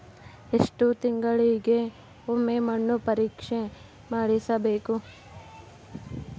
ಎಷ್ಟು ತಿಂಗಳಿಗೆ ಒಮ್ಮೆ ಮಣ್ಣು ಪರೇಕ್ಷೆ ಮಾಡಿಸಬೇಕು?